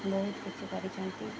ବହୁତ କିଛି କରିିଛନ୍ତି